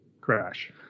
crash